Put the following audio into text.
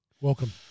Welcome